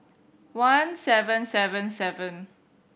one seven seven seven